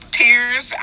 tears